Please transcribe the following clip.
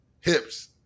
Hips